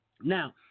Now